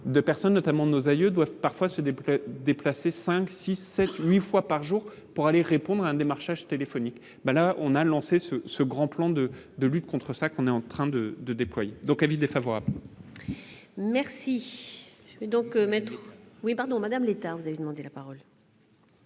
de personnes, notamment de nos aïeux doivent parfois se des prêt déplacer 5, 6, 7, 8 fois par jour pour aller répondre à un démarchage téléphonique ben là on a lancé ce ce grand plan de de lutte contre ça qu'on est en train de de déployer donc avis défavorable. Merci. Donc maître oui pardon Madame Létard, vous avez demandé la parole.